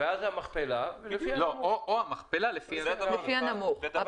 ואז המכפלה --- לא, או המכפלה, לפי הנמוך.